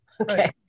Okay